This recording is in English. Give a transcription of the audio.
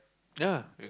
ya